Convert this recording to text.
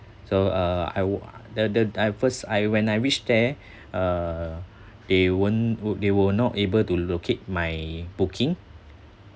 so uh I w~ the the at first I when I reach there uh they weren't wo~ they were not able to locate my booking